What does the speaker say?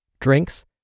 drinks